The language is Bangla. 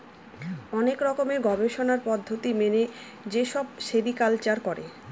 অনেক রকমের গবেষণার পদ্ধতি মেনে যেসব সেরিকালচার করে